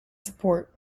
support